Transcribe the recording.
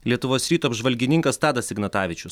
lietuvos ryto apžvalgininkas tadas ignatavičius